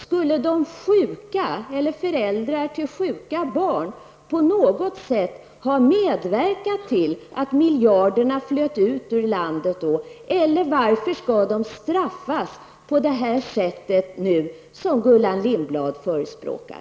Skulle de sjuka eller föräldrar till sjuka barn på något sätt ha medverkat till att miljarderna flöt ut ur landet? Eller varför skall de nu straffas på det sätt som Gullan Lindblad förespråkar?